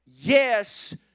yes